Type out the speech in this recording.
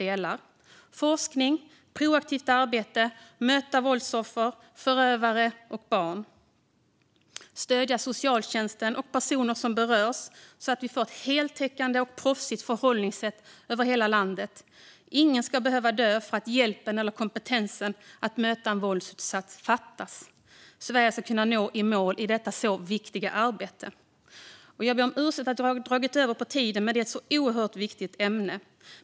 Det handlar om forskning, proaktivt arbete och att möta våldsoffer, förövare och barn. Vi ska stödja socialtjänsten och personer som berörs, så att vi får ett heltäckande och proffsigt förhållningssätt över hela landet. Ingen ska behöva dö för att hjälpen eller kompetensen när det gäller att möta en våldsutsatt fattas. Sverige ska kunna nå målet i detta viktiga arbete. Jag ber om ursäkt för att jag har dragit över min talartid, men detta är så oerhört viktigt.